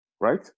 right